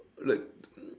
like